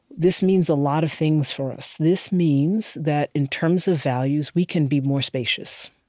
this means a lot of things for us. this means that, in terms of values, we can be more spacious.